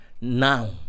Now